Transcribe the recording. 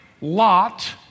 lot